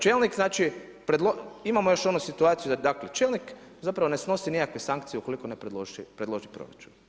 Čelnik znači, imamo još onu situaciju, dakle čelnik zapravo ne snosi nikakve sankcije ukoliko ne predloži proračun.